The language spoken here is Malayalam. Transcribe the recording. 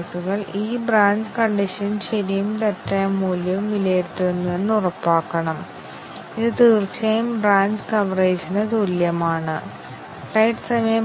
ഈ എക്സ്പ്രഷൻ ക്യാരക്റ്റർ A അല്ലെങ്കിൽ ക്യാരക്റ്റർ E എന്ന് എഴുതുന്നു പക്ഷേ ഒന്നിലധികം കണ്ടീഷൻ കവറേജ് നേടുന്നു ഇത് സാധ്യമാകില്ല കാരണം അവയിലൊന്നിൽ ഏറ്റവും മികച്ചത് ശരിയാകാം നമുക്ക് ട്രൂ ആക്കാൻൻ കഴിയില്ല ഇതിന് ട്രൂ ആണ്